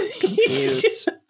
confused